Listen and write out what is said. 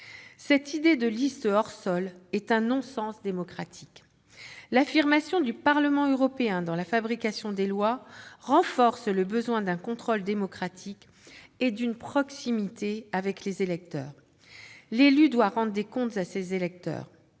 de faire des listes « hors sol » est un non-sens démocratique. L'affirmation du rôle du Parlement européen dans la fabrication des lois renforce le besoin d'un contrôle démocratique et d'une proximité avec les électeurs. L'élu doit leur rendre des comptes, mais encore